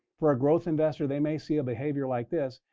for a growth investor, they may see a behavior like this,